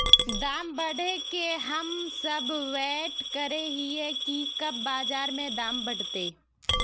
दाम बढ़े के हम सब वैट करे हिये की कब बाजार में दाम बढ़ते?